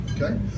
Okay